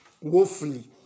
woefully